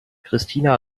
christina